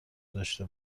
داشته